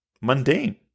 mundane